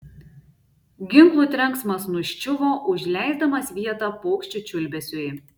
ginklų trenksmas nuščiuvo užleisdamas vietą paukščių čiulbesiui